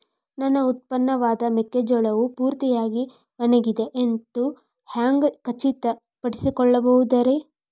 ನನ್ನ ಉತ್ಪನ್ನವಾದ ಮೆಕ್ಕೆಜೋಳವು ಪೂರ್ತಿಯಾಗಿ ಒಣಗಿದೆ ಎಂದು ಹ್ಯಾಂಗ ಖಚಿತ ಪಡಿಸಿಕೊಳ್ಳಬಹುದರೇ?